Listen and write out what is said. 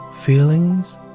feelings